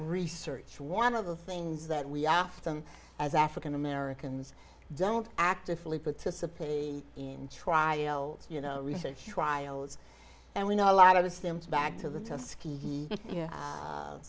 research one of the things that we often as african americans don't actively participate in trials you know research trials and we know a lot of the stems back to the